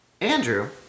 Andrew